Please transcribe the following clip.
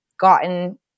gotten